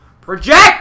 Project